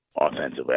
offensively